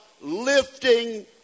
lifting